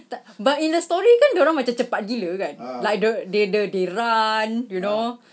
tap~ but in the story kan dia orang macam cepat gila kan like the they the they run you know